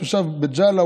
תושב בית ג'אלה,